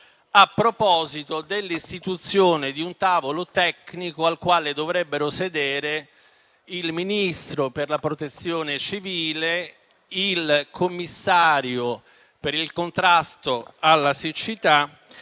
a proposito dell'istituzione di un tavolo tecnico al quale dovrebbero sedere il Ministro per la protezione civile e le politiche del mare, il Commissario per il contrasto alla siccità e